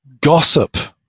gossip